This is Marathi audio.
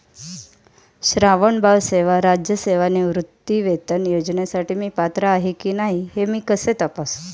श्रावणबाळ सेवा राज्य निवृत्तीवेतन योजनेसाठी मी पात्र आहे की नाही हे मी कसे तपासू?